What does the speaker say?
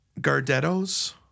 gardettos